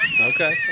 Okay